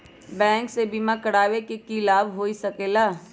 Bank से बिमा करावे से की लाभ होई सकेला?